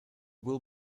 will